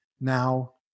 now